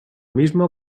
mismo